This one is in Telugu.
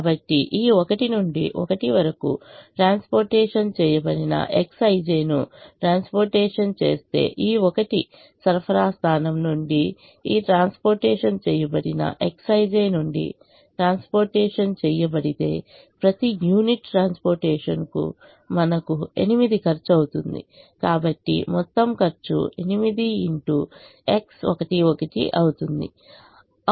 కాబట్టి ఈ 1 నుండి 1 వరకు ట్రాన్స్పోర్టేషన్ చేయబడిన Xij ను ట్రాన్స్పోర్టేషన్ చేస్తే ఈ 1 సరఫరా స్థానం నుండి ఈ ట్రాన్స్పోర్టేషన్ చేయబడిన Xij నుండి ట్రాన్స్పోర్టేషన్ చేయబడితే ప్రతి యూనిట్ ట్రాన్స్పోర్టేషన్ కు మనకు 8 ఖర్చు అవుతుంది కాబట్టి మొత్తం ఖర్చు అవుతుంది